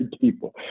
people